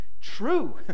true